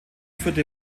führte